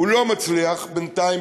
ולא מצליח בינתיים,